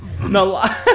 No